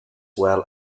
well